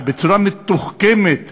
בצורה מתוחכמת,